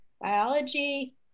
biology